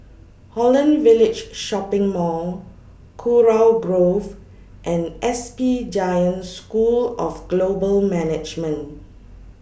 Holland Village Shopping Mall Kurau Grove and S P Jain School of Global Management